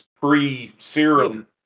pre-serum